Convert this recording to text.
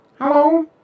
Hello